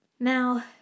Now